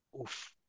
Oof